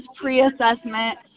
pre-assessment